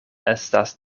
estas